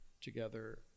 together